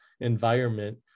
environment